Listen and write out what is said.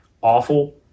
Awful